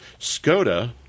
Skoda